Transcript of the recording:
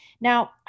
Now